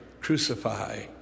crucify